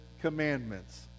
commandments